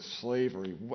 slavery